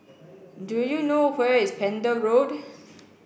do you know where is Pender Road